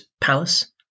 palace